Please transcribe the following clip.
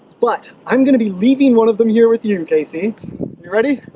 but i'm gonna be leaving one of them here with you casey you ready?